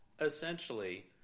Essentially